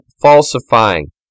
falsifying